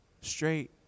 straight